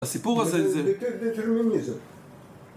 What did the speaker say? הסיפור הזה זה...